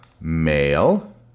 male